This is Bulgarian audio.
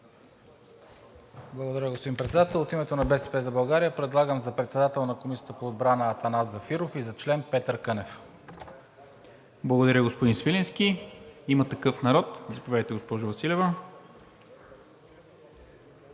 Благодаря, господин Председател. От името на „БСП за България“ предлагам за председател на Комисията по отбрана Атанас Зафиров и за член Петър Кънев. ПРЕДСЕДАТЕЛ НИКОЛА МИНЧЕВ: Благодаря, господин Свиленски. От „Има такъв народ“? Заповядайте, госпожо Василева.